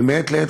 אבל מעת לעת,